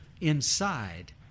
inside